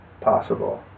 possible